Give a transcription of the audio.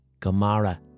Gamara